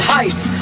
Heights